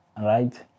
right